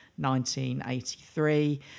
1983